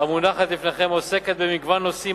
המונחת לפניכם עוסקת במגוון נושאים